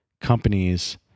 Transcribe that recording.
companies